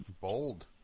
Bold